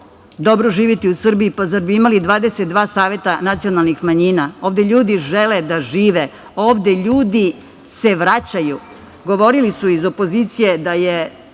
dobro živeti u Srbiji, pa zar bi imali 22 saveta nacionalnih manjina. Ovde ljudi žele da žive. Ovde ljudi se vraćaju. Govorili su iz opozicije da je